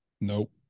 nope